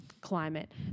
climate